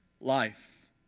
life